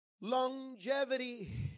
longevity